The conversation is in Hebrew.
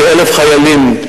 כ-1,000 חיילים,